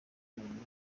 muntu